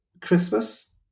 Christmas